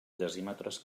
decímetres